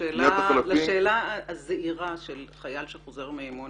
לשאלה הזעירה של חייל שחוזר מאימון